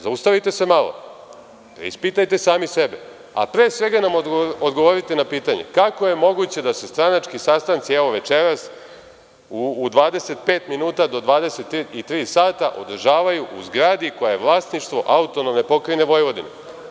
Zaustavite se malo, preispitajte sami sebe, a pre svega nam odgovorite na pitanje kako je moguće da se stranački sastanci, evo večeras, u 25 minuta do 23 sata, održavaju u zgradi koja je vlasništvo AP Vojvodine?